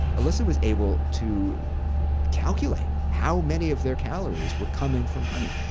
alyssa was able to calculate how many of their calories were coming from honey.